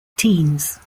teens